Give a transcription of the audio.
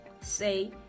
Say